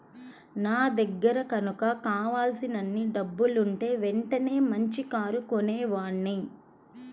నా దగ్గర గనక కావలసినన్ని డబ్బులుంటే వెంటనే మంచి కారు కొనేవాడ్ని